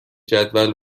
جدول